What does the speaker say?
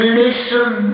listen